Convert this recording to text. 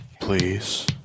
Please